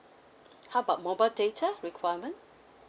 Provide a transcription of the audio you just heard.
how about mobile data requirement